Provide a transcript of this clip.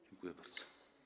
Dziękuję bardzo.